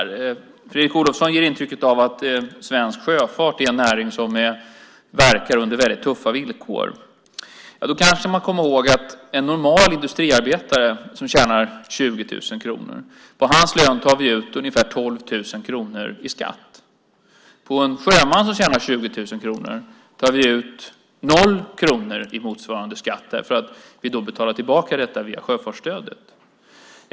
Fredrik Olovsson ger intryck av att svensk sjöfart är en näring som verkar under väldigt tuffa villkor. Då kanske man ska komma ihåg att på en normal industriarbetarlön på 20 000 kronor tar vi ut sammantaget ungefär 12 000 kronor i skatt. På en sjömans lön på 20 000 kronor tar vi ut noll kronor i motsvarande skatt därför att vi betalar tillbaka detta via sjöfartsstödet.